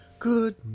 Good